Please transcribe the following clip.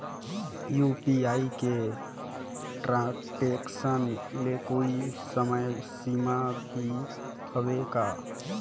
UPI के transaction ले कोई समय सीमा भी हवे का?